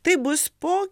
tai bus po